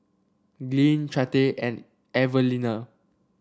Glynn Chante and Evalena